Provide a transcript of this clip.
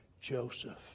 Joseph